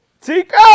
Tico